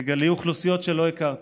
תגלי אוכלוסיות שלא הכרת